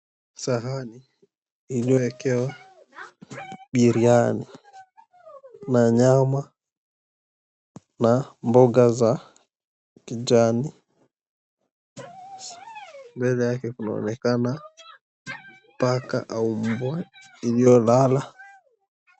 Sahani iliyoekewa biriani na nyama na mboga za kijani. Mbele yake kunaonekana paka au mbwa iliyolala.